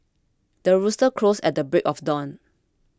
the rooster crows at the break of dawn